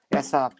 essa